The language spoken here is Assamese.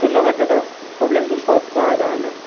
ধন্যবাদ দাদা প্ৰবলেমটো চল্ভ কৰাৰ কাৰণে